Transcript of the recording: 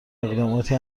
اقداماتی